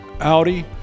Audi